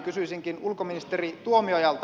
kysyisinkin ulkoministeri tuomiojalta